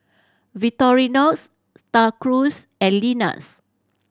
Victorinox Star Cruise and Lenas